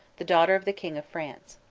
the daughter of the king of france.